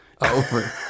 over